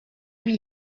wie